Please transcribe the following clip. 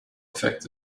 effect